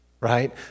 Right